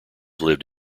lived